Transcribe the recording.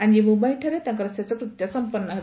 ଆଜି ମୁମ୍ଭାଇଠାରେ ତାଙ୍କର ଶେଷକୃତ୍ୟ ସମ୍ପନ୍ନ ହେବ